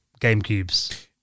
gamecube's